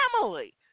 family